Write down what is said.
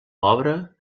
obra